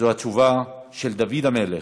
זאת התשובה של דוד המלך,